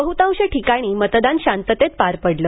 बहुतांश ठिकाणी मतदान शांततेत पारपडलं